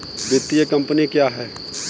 वित्तीय कम्पनी क्या है?